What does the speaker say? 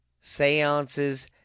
seances